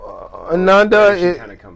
Ananda